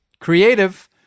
Creative